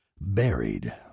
Buried